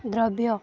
ଦ୍ରବ୍ୟ